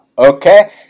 Okay